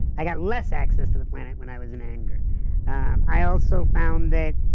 i got less access to the planet when i was in anger um i also found that